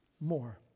more